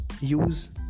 use